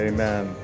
Amen